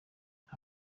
nta